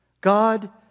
God